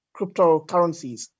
cryptocurrencies